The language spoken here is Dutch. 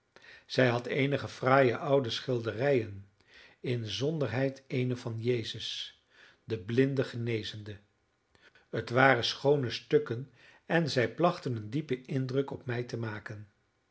zij had eenige fraaie oude schilderijen inzonderheid eene van jezus den blinde genezende het waren schoone stukken en zij plachten een diepen indruk op mij te maken